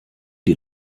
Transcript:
die